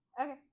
Okay